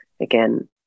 again